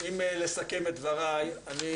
אם לסכם את דבריי, אני